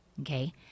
Okay